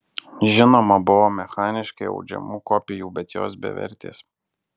žinoma buvo mechaniškai audžiamų kopijų bet jos bevertės